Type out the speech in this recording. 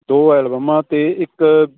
ਦੋ ਐਲਬਮਾਂ ਅਤੇ ਇੱਕ